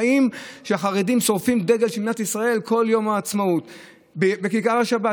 חושבים שהחרדים שורפים את דגל מדינת ישראל כל יום עצמאות בכיכר השבת.